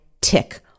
tick